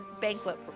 banquet